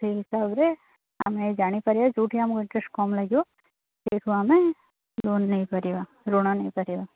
ସେହି ହିସାବରେ ଆମେ ଜାଣି ପାରିବା ଯେଉଁଠି ଆମକୁ ଇଂଟରେଷ୍ଟ୍ କମ୍ ଲାଗିବ ସେଇଠୁ ଆମେ ଲୋନ୍ ନେଇପାରିବା ଋଣ ନେଇପାରିବା